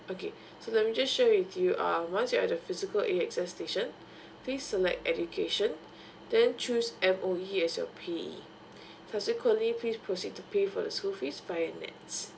okay so let me just share with you err once your at the physical A access station please select education then choose M_O_E as your payee consequently please proceed to pay for the school fees via next